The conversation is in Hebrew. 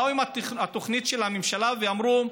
באו עם התוכנית של הממשלה ואמרו: